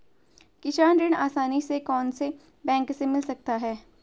किसान ऋण आसानी से कौनसे बैंक से मिल सकता है?